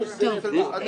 טוב.